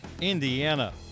Indiana